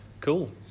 Cool